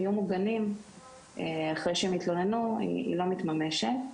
יהיו מוגנים אחרי שהם התלוננו לא מתממשת.